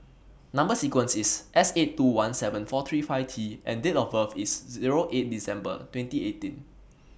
Number sequence IS S eight two one seven four three five T and Date of birth IS Zero eight December twenty eighteen